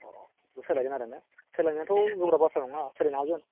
अ सोलायगोन आरो ने सोलायनायाथ' गोब्राब बाथ्रा नङा सोलायनो हागोन